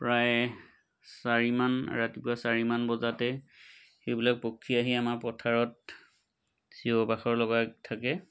প্ৰায় চাৰিমান ৰাতিপুৱা চাৰিমান বজাতে সেইবিলাক পক্ষী আহি আমাৰ পথাৰত চিঞৰ বাখৰ লগাই থাকে